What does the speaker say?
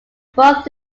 both